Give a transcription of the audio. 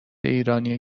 ایرانی